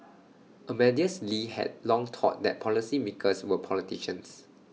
Amadeus lee had long thought that policymakers were politicians